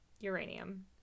uranium